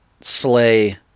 slay